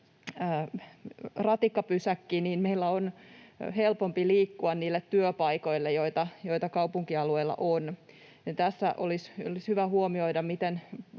ratikkapysäkki, niin meillä on helpompi liikkua niille työpaikoille, joita kaupunkialueella on, ja tässä olisi hyvä huomioida